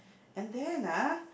and then ah